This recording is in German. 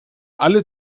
alle